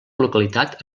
localitat